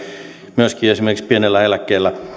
myöskin esimerkiksi pienellä eläkkeellä